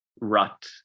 rut